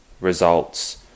results